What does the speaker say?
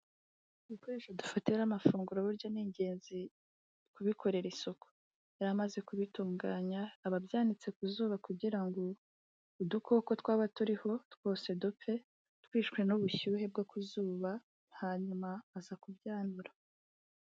Ibikoresho dufatiraho amafunguro burya n'ingenzi kubikorera isuku, yari amaze kubitunganya aba abyanitse ku zuba kugirango udukoko twaba turiho twose dupfe twishwe n'ubushyuhe bwo ku zuba, hanyuma aza kubyanyura.